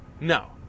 No